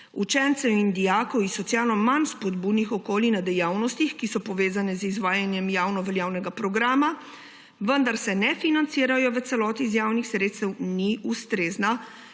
učencev in dijakov iz socialno manj spodbudnih okolij na dejavnostih, ki so povezane z izvajanjem javnoveljavnega programa, vendar se ne financirajo v celoti iz javnih sredstev, ni ustrezna,